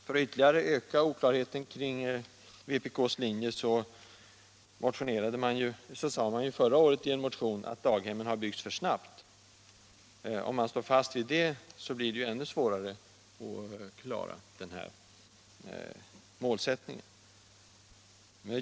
För att ytterligare öka oklarheten kring vpk:s linje sade partiet förra året i en motion att daghemmen har byggts för snabbt. Om vpk står fast vid det uttalandet så blir det ju ännu svårare att klara målsättningen.